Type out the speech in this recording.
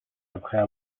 après